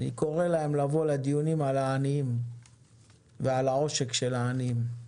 אני קורא להם לבוא לדיונים על העניים ועל העושק של העניים.